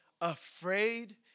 Afraid